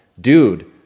dude